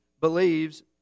believes